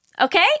Okay